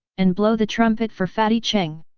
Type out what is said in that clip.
and blow the trumpet for fatty cheng!